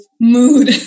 mood